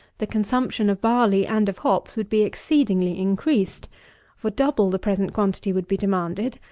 the consumption of barley and of hops would be exceedingly increased for double the present quantity would be demanded,